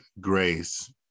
grace